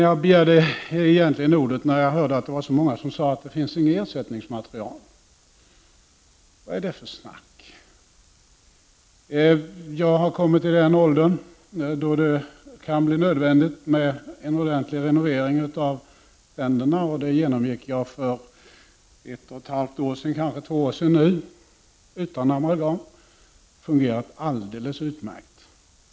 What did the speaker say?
Jag begärde egentligen ordet när jag hörde att så många sade att det inte 83 finns ersättningsmaterial. Vad är det för snack? Jag har kommit till den åldern då det kan bli nödvändigt med en ordentlig renovering av tänderna. Jag gick igenom det för ett par år sedan, utan amalgam. Det har fungerat alldeles utmärkt.